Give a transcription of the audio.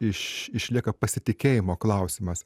iš išlieka pasitikėjimo klausimas